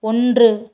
ஒன்று